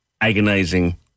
agonizing